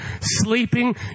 sleeping